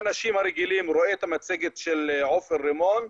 מהאזרחים היה רואה את המצגת של עופר רימון,